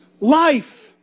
life